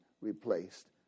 replaced